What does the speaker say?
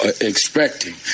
expecting